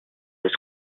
was